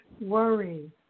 worry